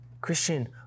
Christian